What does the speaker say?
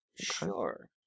Sure